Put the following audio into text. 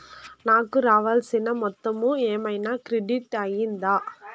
నాకు రావాల్సిన మొత్తము ఏమన్నా క్రెడిట్ అయ్యిందా